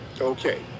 okay